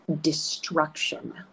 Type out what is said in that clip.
destruction